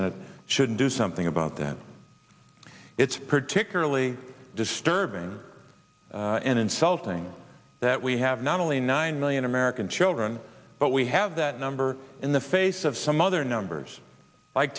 senate should do something about that it's particularly disturbing and insulting that we have not only nine million american children but we have that number in the face of some other numbers like